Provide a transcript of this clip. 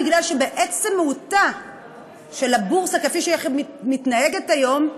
כי בעצם מהותה של הבורסה כפי שהיא מתנהגת היום,